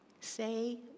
Say